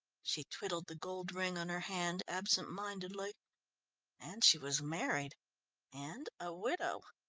she twiddled the gold ring on her hand absent-mindedly and she was married and a widow!